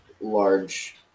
large